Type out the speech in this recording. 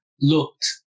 looked